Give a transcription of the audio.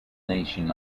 nation